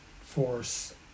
force